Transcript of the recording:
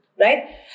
Right